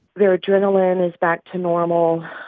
their adrenaline is back to normal.